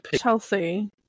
Chelsea